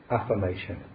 affirmation